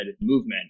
movement